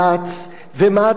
ומה התאריך,